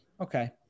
Okay